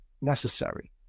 necessary